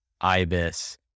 Ibis